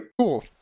Cool